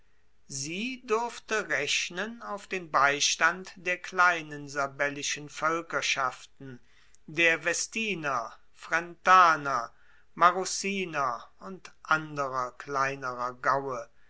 sie durfte rechnen auf den beistand der kleinen sabellischen voelkerschaften der vestiner frentaner marruciner und anderer kleinerer gaue